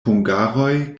hungaroj